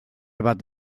bat